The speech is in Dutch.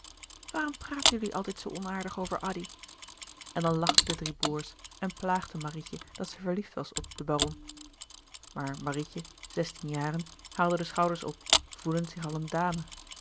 waarom praten jullie altijd zoo onaardig over addy en dan lachten de drie broêrs en plaagden marietje dat ze verliefd was op den baron maar marietje zestien jaren haalde de schouders op voelend zich al een dame